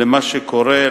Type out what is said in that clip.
למה שקורה,